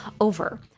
over